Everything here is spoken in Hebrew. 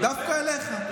דווקא אליך.